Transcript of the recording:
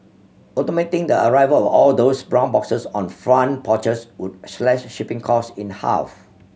automating the arrival all those brown boxes on front porches would slash shipping costs in half